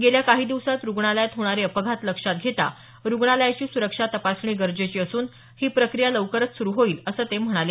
गेल्या काही दिवसांत रुग्णालयात होणारे अपघात लक्षात घेता रुग्णालयाची सुरक्षा तपासणी गरजेची असून ही प्रक्रिया लवकरचं सुरु होईल असं ते म्हणाले